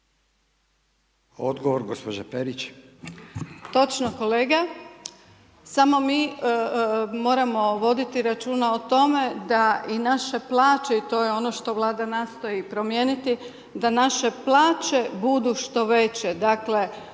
Odgovor gospođa Perić.